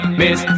miss